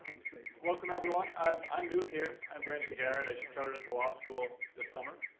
welcome, everyone. i'm i'm new here. i'm brandon garrett. i just started at the law school this summer.